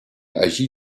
agit